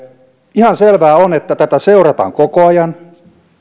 ihan selvää on että tätä seurataan koko ajan